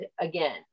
again